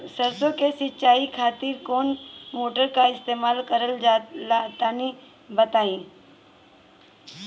सरसो के सिंचाई खातिर कौन मोटर का इस्तेमाल करल जाला तनि बताई?